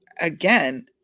again